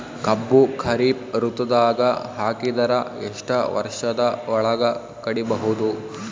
ಕಬ್ಬು ಖರೀಫ್ ಋತುದಾಗ ಹಾಕಿದರ ಎಷ್ಟ ವರ್ಷದ ಒಳಗ ಕಡಿಬಹುದು?